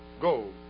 Go